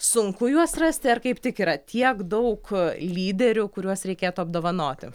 sunku juos rasti ar kaip tik yra tiek daug lyderių kuriuos reikėtų apdovanoti